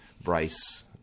Bryce